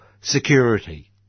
Security